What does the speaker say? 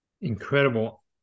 Incredible